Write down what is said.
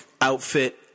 outfit